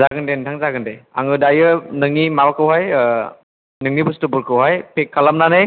जागोन दे नोंथां जागोन दे आङो दायो नोंनि माबाखौहाय नोंनि बुस्तुफोरखौहाय पेक खालामनानै